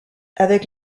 avec